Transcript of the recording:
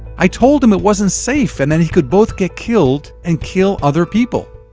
i told him it wasn't safe and that he could both get killed and kill other people.